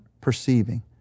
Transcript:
perceiving